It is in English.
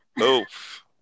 Oof